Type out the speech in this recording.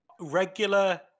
regular